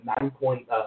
nine-point